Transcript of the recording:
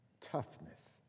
toughness